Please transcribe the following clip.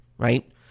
Right